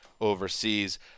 Overseas